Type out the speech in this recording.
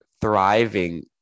thriving